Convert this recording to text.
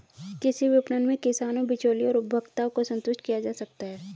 कृषि विपणन में किसानों, बिचौलियों और उपभोक्ताओं को संतुष्ट किया जा सकता है